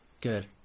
Good